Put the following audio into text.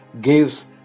gives